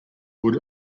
wood